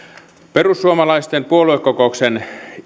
perussuomalaisten puoluekokouksen